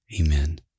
Amen